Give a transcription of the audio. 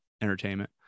entertainment